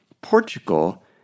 Portugal